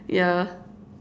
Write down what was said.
yeah